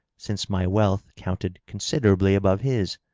since my wealth counted considerably above his.